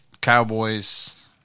Cowboys